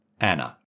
Anna